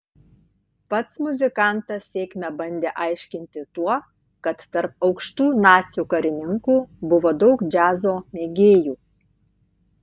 pats muzikantas sėkmę bandė aiškinti tuo kad tarp aukštų nacių karininkų buvo daug džiazo mėgėjų